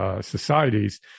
societies